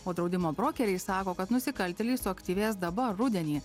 o draudimo brokeriai sako kad nusikaltėliai suaktyvės dabar rudenį